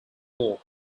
more